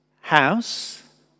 house